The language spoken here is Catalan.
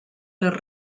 les